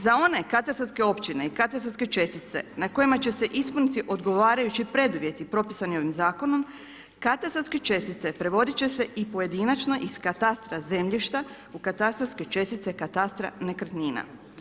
Za one katastarske općine i katastarske čestice na kojim će se ispuniti odgovarajući preduvjeti propisani ovim zakonom, katastarske čestice prevodit će se i pojedinačno iz katastra zemljišta u katastarske čestice katastra nekretnina.